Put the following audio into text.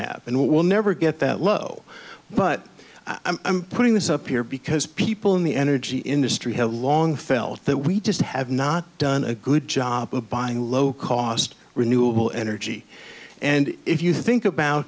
have and will never get that low but i'm putting this up here because people in the energy industry have long felt that we just have not done a good job of buying low cost renewable energy and if you think about